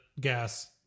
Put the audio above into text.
gas